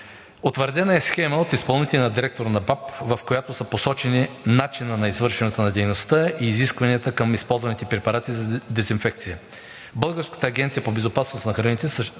Утвърдена е схема от изпълнителния директор на БАБХ, в която са посочени начинът на извършването на дейността и изискванията към използваните препарати за дезинфекция. Българската агенция по безопасност на храните